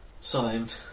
Signed